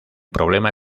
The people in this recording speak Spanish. problema